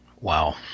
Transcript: wow